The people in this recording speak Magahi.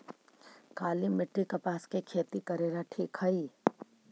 काली मिट्टी, कपास के खेती करेला ठिक हइ?